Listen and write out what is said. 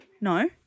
No